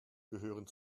gehören